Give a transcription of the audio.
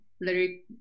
lyric